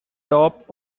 top